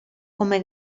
come